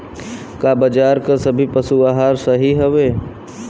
का बाजार क सभी पशु आहार सही हवें?